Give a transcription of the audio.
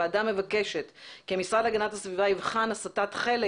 הוועדה מבקשת כי המשרד להגנת הסביבה יבחן הסטת חלק